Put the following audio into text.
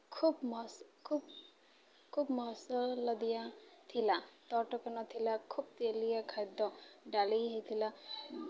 ଖୁବ୍ ମ ଖୁବ ଖୁବ୍ ମସଲା ଦିଆଥିଲା ତଟକା ନଥିଲା ଖୁବ ତେଲିଆ ଖାଦ୍ୟ ଡାଲି ହେଇଥିଲା